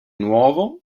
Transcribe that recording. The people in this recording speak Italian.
nuovo